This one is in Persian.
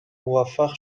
موفق